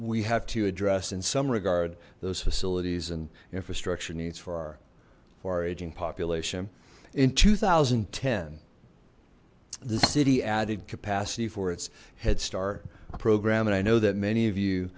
we have to address in some regard those facilities and infrastructure needs for our for our aging population in two thousand and ten the city added capacity for its head start a program and i know that many of you